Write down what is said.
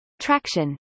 Traction